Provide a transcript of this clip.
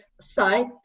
site